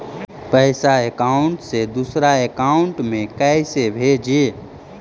पैसा अकाउंट से दूसरा अकाउंट में कैसे भेजे?